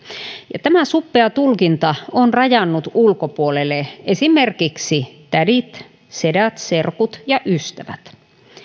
tämä suppea tulkinta on rajannut ulkopuolelle esimerkiksi tädit sedät serkut ja ystävät